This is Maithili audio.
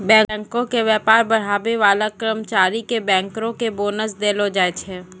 बैंको के व्यापार बढ़ाबै बाला कर्मचारी के बैंकरो के बोनस देलो जाय छै